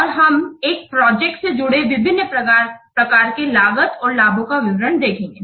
और हम एक प्रोजेक्ट से जुड़े विभिन्न प्रकार के लागत और लाभों का विवरण देखेंगे